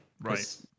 right